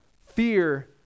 fear